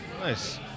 nice